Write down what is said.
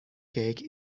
cake